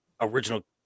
original